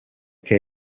che